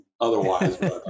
otherwise